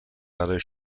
برای